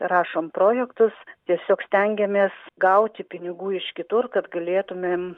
rašom projektus tiesiog stengiamės gauti pinigų iš kitur kad galėtumėm